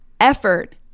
effort